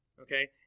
Okay